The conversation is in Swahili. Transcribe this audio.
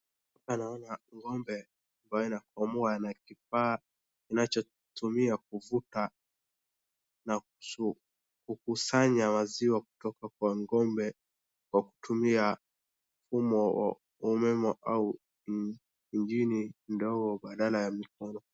Hapa naona ng'ombe wanaokamua na kifaa kinachotumia kuvuta na kukusanya maziwa kutoka kwa ng'ombe kwa kutumia mfumo wa umeme au injini ndogo badala ya mikono.